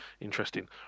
Interesting